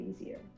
easier